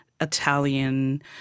Italian